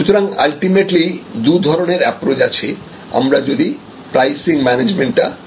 সুতরাং আলটিমেটলি দুই ধরনের অ্যাপ্রচ আছে আমরা যদি প্রাইসিং ম্যানেজমেন্ট টা দেখি